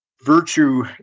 virtue